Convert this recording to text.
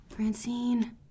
Francine